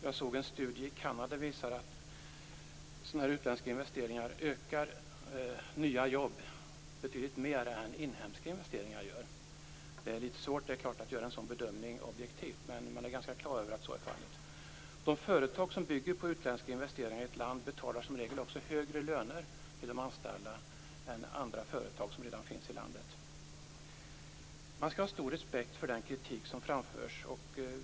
Jag såg en studie i Kanada som visar att utländska investeringar ökar antalet nya jobb betydligt mer än inhemska investeringar gör. Det är klart att det är litet svårt att göra en sådan bedömning objektivt, men man är ganska mycket på det klara med att så är fallet. De företag som bygger på utländska investeringar i ett land betalar som regel också högre löner till de anställda än andra företag som redan finns i landet. Man skall ha stor respekt för den kritik som framförs.